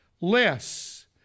less